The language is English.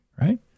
Right